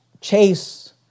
chase